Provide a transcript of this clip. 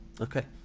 Okay